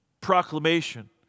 proclamation